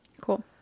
Cool